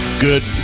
Good